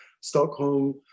Stockholm